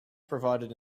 provided